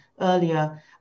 earlier